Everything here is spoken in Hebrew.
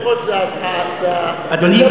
אדוני היושב-ראש, אדוני,